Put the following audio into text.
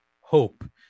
Hope